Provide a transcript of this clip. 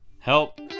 Help